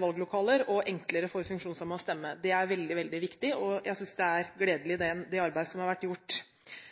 valglokaler og at det blir enklere for funksjonshemmede å stemme. Det er veldig, veldig viktig, og jeg synes det er gledelig det arbeidet som har vært gjort.